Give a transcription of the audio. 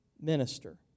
minister